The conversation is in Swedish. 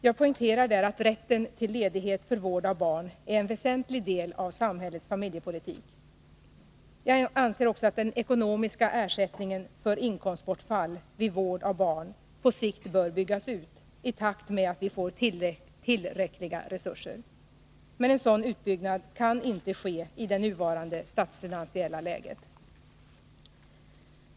Jag poängterar där att rätten till ledighet för vård av barn är en väsentlig del av samhällets familjepolitik. Jag anser också att den ekonomiska ersättningen för inkomstbortfall vid vård av barn på sikt bör byggas ut i takt med att vi får tillräckliga resurser. Men en sådan utbyggnad kan inte ske i det nuvarande statsfinansiella läget.